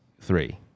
three